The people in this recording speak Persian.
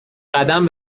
قدم